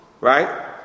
right